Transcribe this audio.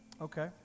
okay